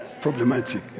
problematic